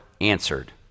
answered